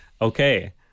Okay